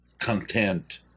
content